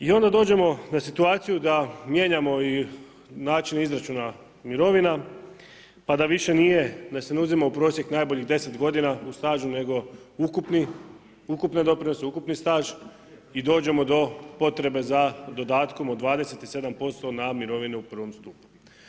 I onda dođemo u situaciju da mijenjamo i način izračuna mirovina pa da više nije da se ne uzima u prosjek najboljih deset godina u stažu nego ukupni doprinos, ukupni staž i dođemo do potrebe za dodatkom od 27% na mirovine u prvom stupu.